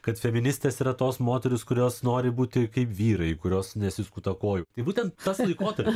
kad feministės yra tos moterys kurios nori būti kaip vyrai kurios nesiskuta kojų tai būtent tas laikotarpis